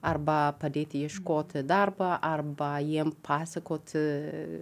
arba padėti ieškoti darbo arba jiem pasakoti